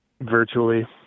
virtually